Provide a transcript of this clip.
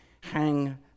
hang